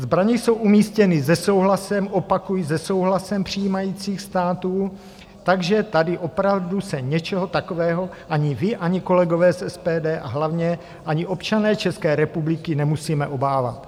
Zbraně jsou umístěny se souhlasem opakuji se souhlasem přijímajících států, takže tady opravdu se něčeho takového ani vy, ani kolegové z SPD a hlavně ani občané České republiky nemusíme obávat.